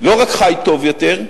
לא רק חי טוב יותר,